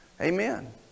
Amen